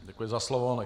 Děkuji za slovo.